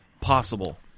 possible